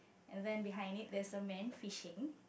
and then behind it there is a man fishing